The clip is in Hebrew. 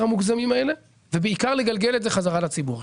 המוגזמים האלה ובעיקר לגלגל את זה חזרה לציבור.